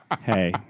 Hey